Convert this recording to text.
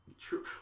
True